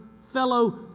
fellow